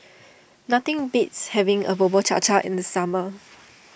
nothing beats having a Bubur Cha Cha in the summer